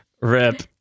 Rip